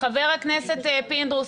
חבר הכנסת פינדרוס,